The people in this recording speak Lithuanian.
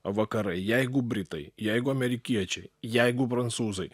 vakarai jeigu britai jeigu amerikiečiai jeigu prancūzai